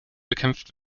bekämpft